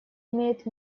имеет